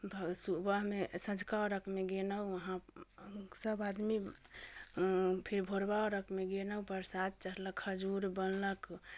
सुबहमे सौझका अर्घमे गेनहुँ उहाँ सभ आदमी फेर भोरका अर्घमे गेनहुँ प्रसाद चढ़लक खजूर बनलक